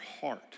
heart